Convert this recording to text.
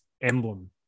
emblem